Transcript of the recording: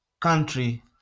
country